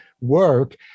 work